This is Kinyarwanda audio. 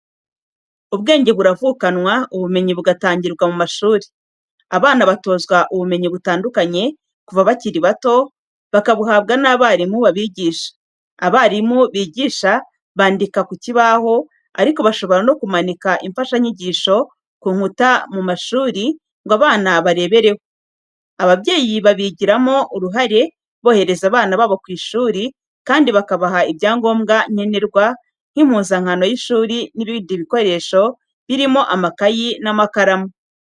Ubwenge buravukanwa, ubumenyi bugatangirwa mu mashuri. Abana batozwa ubumenyi butandukanye kuva bakiri bato, bakabuhabwa n'abarimu babigisha. Abarimu bigisha bandika ku kibaho, ariko bashobora no kumanika imfashanyigisho ku nkuta mu ishuri ngo abana barebereho. Ababyeyi babigiramo uruhare bohereza abana babo ku ishuri kandi bakabaha ibyangombwa nkenerwa, nk'impuzankano y'ishuri n'ibindi bikoresho birimo amakayi n'amakaramu.